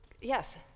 Yes